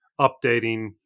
updating